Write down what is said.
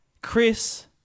Chris